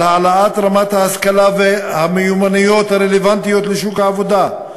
על העלאת רמת ההשכלה והמיומנויות הרלוונטיות לשוק העבודה,